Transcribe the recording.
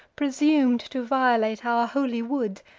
presum'd to violate our holy wood.